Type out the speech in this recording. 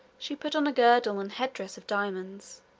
she put on a girdle and head-dress of diamonds,